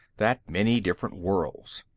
that many different worlds.